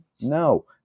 No